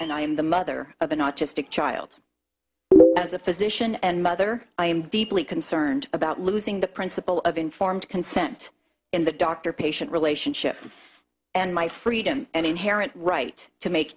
and i am the mother of a not just a child as a physician and mother i am deeply concerned about losing the principle of informed consent in the doctor patient relationship and my freedom and inherent right to make